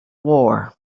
war